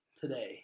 today